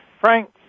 Frank